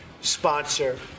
sponsor